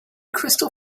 crystal